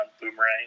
Boomerang